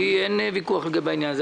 אין ויכוח לגבי זה.